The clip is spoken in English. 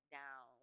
down